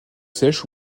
sèches